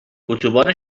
اتوبان